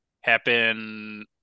happen